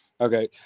Okay